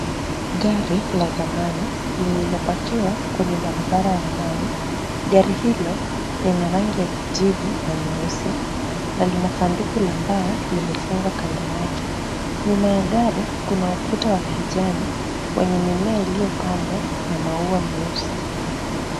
Gari la zamani lililopakiwa kwenye barabara ya mawe. Gari hilo lina rangi ya kijivu na nyeusi na lina sanduku la mbao limefungwa kando yake. Nyuma ya gari kuna ukuta wa kijani wenye mimea iliyopandwa na maua meusi.